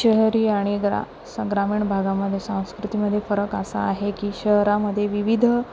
शहरी आणि ग्रा स ग्रामीण भागामध्ये सांस्कृतीमध्ये फरक असं आहे की शहरामध्ये विविध